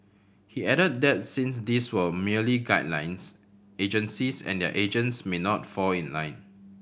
he added that since these were merely guidelines agencies and their agents may not fall in line